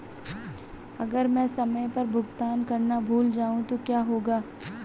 अगर मैं समय पर भुगतान करना भूल जाऊं तो क्या होगा?